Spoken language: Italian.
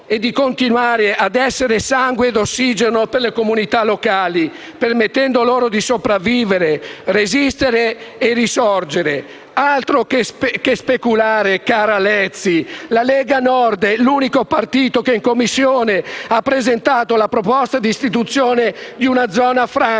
e di continuare ad essere sangue e ossigeno per le comunità locali, permettendo loro di sopravvivere, resistere e risorgere. Altro che speculare, cara senatrice Lezzi, la Lega Nord è l'unico partito che in Commissione ha presentato una proposta di istituzione di una zona franca.